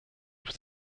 was